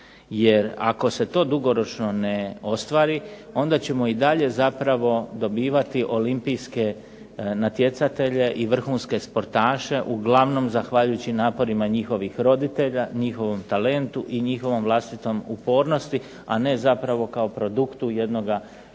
ako se to dugoročno ne ostvari onda ćemo i dalje zapravo dobivati olimpijske natjecatelje i vrhunske sportaše uglavnom zahvaljujući naporima njihovih roditelja, njihovom talentu i njihovom vlastitom upornosti, a ne zapravo kao produktu jednoga